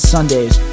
Sundays